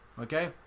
Okay